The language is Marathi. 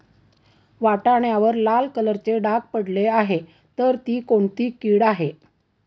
वाटाण्यावर लाल कलरचे डाग पडले आहे तर ती कोणती कीड आहे?